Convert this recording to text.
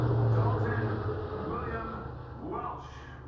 dalton william welsh